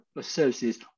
services